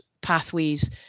pathways